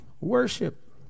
Worship